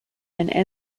and